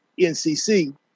NCC